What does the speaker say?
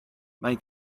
mae